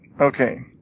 Okay